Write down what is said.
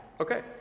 okay